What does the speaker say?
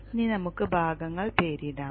ഇനി നമുക്ക് ഭാഗങ്ങൾ പേരിടാം